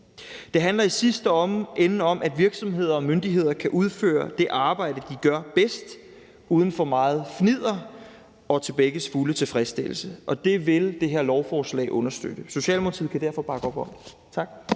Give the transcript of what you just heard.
Det handler i sidste ende om, at virksomheder og myndigheder kan udføre det arbejde, de gør bedst, uden for meget fnidder og til begges fulde tilfredsstillelse, og det vil det her lovforslag understøtte. Socialdemokratiet kan derfor bakke op om det. Tak.